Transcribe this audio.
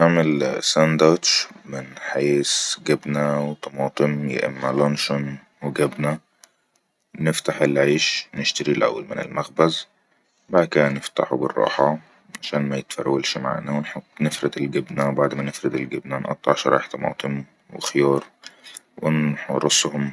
نعمل ساندوش من حيس جبنة وطماطم يأم لونشون و جبنة نفتح العيش نشتري الأول من المخبز بعدها نفتحه بالراحة عشان ما يتفرولش معنا نفرد الجبنة وبعد ما نفرد الجبنة نقطع شراح طماطم و خيار و نرسهم